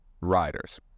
riders